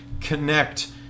connect